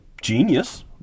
genius